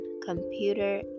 computer